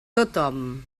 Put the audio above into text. tothom